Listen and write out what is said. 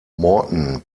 morton